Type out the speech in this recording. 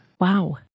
Wow